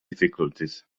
difficulties